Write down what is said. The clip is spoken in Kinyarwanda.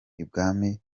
ibwami